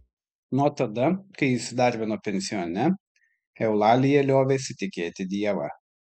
nuo tada kai įsidarbino pensione eulalija liovėsi tikėti dievą